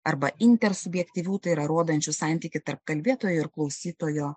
arba intersubjektyvių tai yra rodančių santykį tarp kalbėtojo ir klausytojo